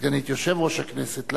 סגנית יושב-ראש הכנסת,